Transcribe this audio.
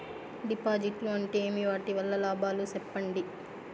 డిపాజిట్లు అంటే ఏమి? వాటి వల్ల లాభాలు సెప్పండి?